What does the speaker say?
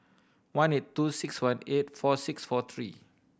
one eight two six one eight four six four three